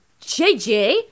JJ